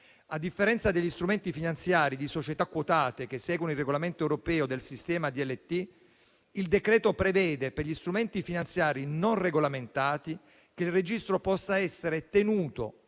A differenza degli strumenti finanziari di società quotate che seguono il regolamento europeo del sistema DLT, il decreto prevede per gli strumenti finanziari non regolamentati che il registro possa essere tenuto,